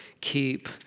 keep